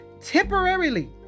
temporarily